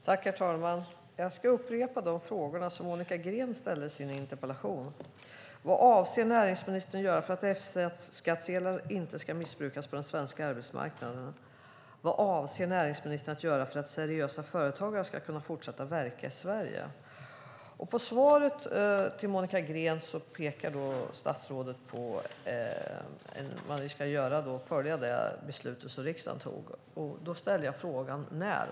Herr talman! Jag ska upprepa de frågor Monica Green ställde i sin interpellation. Vad avser näringsministern att göra för att F-skattsedlar inte ska missbrukas på den svenska arbetsmarknaden? Vad avser näringsministern att göra för att seriösa företagare ska kunna fortsätta verka i Sverige? I svaret till Monica Green pekar statsrådet Catharina Elmsäter-Svärd på att man ska följa det beslut som riksdagen tog. Jag ställde frågan "när?"